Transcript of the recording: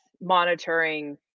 monitoring